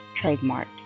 trademark